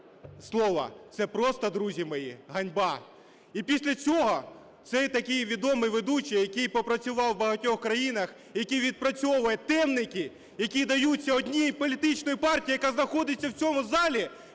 слова, це просто, друзі мої, ганьба! І після цього цей, такий відомий ведучий, який попрацював у багатьох країнах, який відпрацьовує темники, які даються одній політичній партії, яка знаходиться в цій залі,